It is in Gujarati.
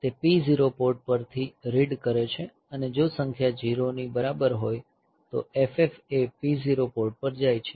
તે P0 પોર્ટ પરથી રીડ કરે છે અને જો સંખ્યા 0 ની બરાબર હોય તો FF એ P0 પોર્ટ પર જાય છે